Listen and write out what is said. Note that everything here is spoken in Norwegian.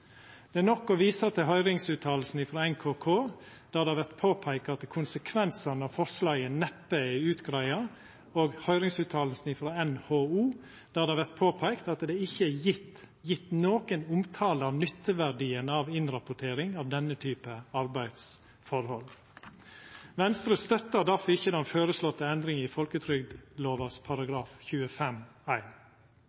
Det er nok å visa til høyringsfråsegna frå NKK, der det vert påpeikt at konsekvensane av forslaget neppe er utgreidde, og til høyringsfråsegna frå NHO, der det vert påpeikt at det ikkje er gjeve nokon omtale av nytteverdien av innrapportering av denne typen arbeidsforhold. Venstre støttar derfor ikkje den føreslåtte endringa i